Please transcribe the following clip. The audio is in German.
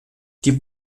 die